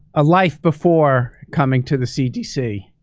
a life before coming to the cdc.